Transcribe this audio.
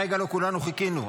הרגע שלו כולנו חיכינו,